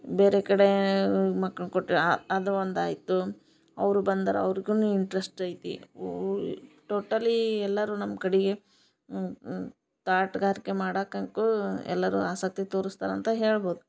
ಬೇರೆ ಕಡೆ ಮಕ್ಳನ್ನ ಕೊಟ್ವೆ ಆ ಅದು ಒಂದು ಆಯಿತು ಅವರು ಬಂದರ ಅವ್ರಿಗೂನು ಇಂಟ್ರಸ್ಟ್ ಐತಿ ಓಲ್ ಟೋಟಲೀ ಎಲ್ಲಾರು ನಮ್ಮ ಕಡಿಗೆ ತ್ವಾಟಗಾರಿಕೆ ಮಾಡಕ್ಕ ಅಂಕೂ ಎಲ್ಲಾರು ಆಸಕ್ತಿ ತೋರುಸ್ತಾರ ಅಂತ ಹೇಳ್ಬೋದು